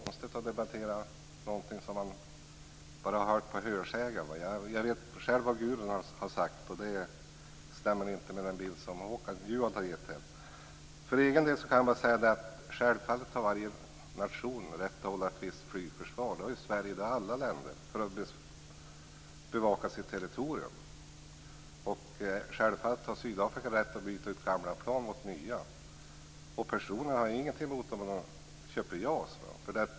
Fru talman! Det känns lite konstigt att debattera någonting som man bara har via hörsägen. Jag vet själv vad Gudrun har sagt, och det stämmer inte med den bild som Håkan Juholt har gett här. För egen del kan jag bara säga att självfallet har varje nation rätt att hålla ett visst flygförsvar. Det har Sverige, det har alla länder. Man har rätt att bevaka sitt territorium. Självfallet har Sydafrika rätt att byta ut gamla plan mot nya. Personligen har jag ingenting emot om man köper JAS.